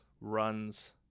runs